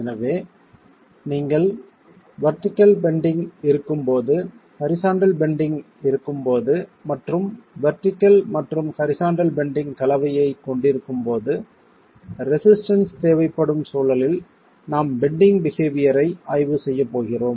எனவே நீங்கள் vertical bending இருக்கும் போது ஹரிசாண்டல் பெண்டிங் இருக்கும் போது மற்றும் வெர்டிகள் மற்றும் ஹரிசாண்டல் பெண்டிங் கலவையை கொண்டிருக்கும் போது ரெசிஸ்டன்ஸ் தேவைப்படும் சூழலில் நாம் பெண்டிங் பிஹேவியர் ஐ ஆய்வு செய்ய போகிறோம்